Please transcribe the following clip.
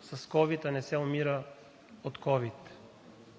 с ковид, а не се умира от ковид.